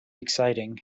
exciting